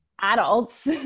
adults